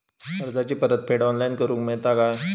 कर्जाची परत फेड ऑनलाइन करूक मेलता काय?